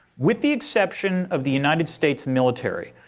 with the exception of the united states military,